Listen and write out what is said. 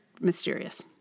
mysterious